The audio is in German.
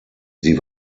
sie